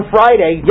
Friday